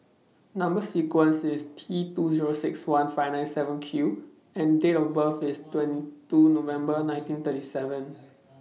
Number sequence IS T two Zero six one five nine seven Q and Date of birth IS twenty two November nineteen thirty seven